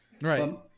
Right